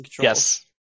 Yes